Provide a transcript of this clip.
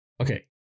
Okay